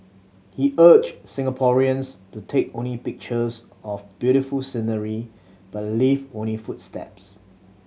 he urged Singaporeans to take only pictures of beautiful scenery but leave only footsteps